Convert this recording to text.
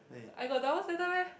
I got double standard meh